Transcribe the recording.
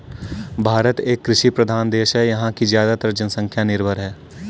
भारत एक कृषि प्रधान देश है यहाँ की ज़्यादातर जनसंख्या निर्भर है